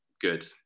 good